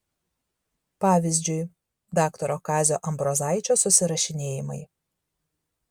pavyzdžiui daktaro kazio ambrozaičio susirašinėjimai